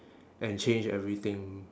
and change everything